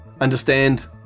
understand